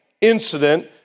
incident